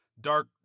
Dark